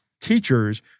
teachers